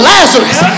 Lazarus